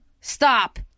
stop